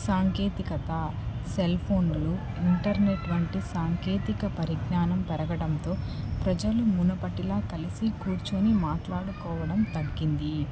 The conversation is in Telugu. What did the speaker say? సాంకేతికత సెల్ఫోన్లు ఇంటర్నెట్ వంటి సాంకేతిక పరిజ్ఞానం పెరగడంతో ప్రజలు మునపటిలా కలిసి కూర్చుని మాట్లాడుకోవడం తగ్గింది